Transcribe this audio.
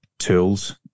tools